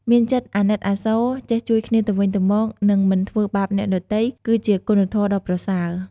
មានចិត្តអាណិតអាសូរ ចេះជួយគ្នាទៅវិញទៅមក និងមិនធ្វើបាបអ្នកដទៃ គឺជាគុណធម៌ដ៏ប្រសើរ។